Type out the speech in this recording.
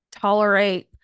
tolerate